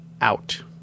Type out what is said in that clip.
out